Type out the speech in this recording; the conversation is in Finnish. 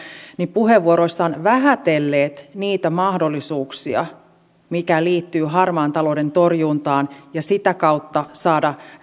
puheenvuoroissaan vähätellyt niitä mahdollisuuksia mitä liittyy harmaan talouden torjuntaan ja mahdollisuuteen sitä kautta saada